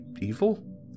evil